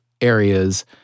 areas